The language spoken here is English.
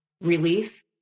Relief